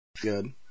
Good